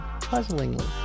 puzzlingly